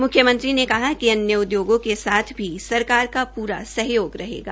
मुख्यमंत्री ने कहा कि अन्य उद्योगों के साथ भी सरकार का पूरा सहयोग रहेगा